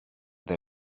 they